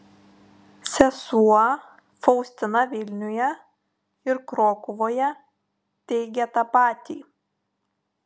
sesuo faustina vilniuje ir krokuvoje teigė tą patį